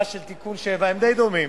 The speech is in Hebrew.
הם די דומים,